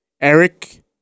Eric